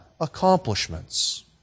accomplishments